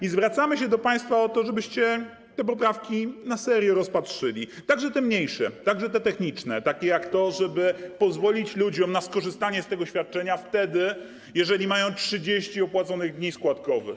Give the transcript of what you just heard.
I zwracamy się do państwa, żebyście te poprawki na serio rozpatrzyli, także te mniejsze, także te techniczne, takie jak ta, żeby pozwolić ludziom na skorzystanie z tego świadczenia, jeżeli mają 30 opłaconych dni składkowych.